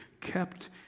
kept